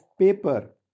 paper